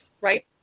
right